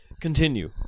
Continue